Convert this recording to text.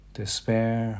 despair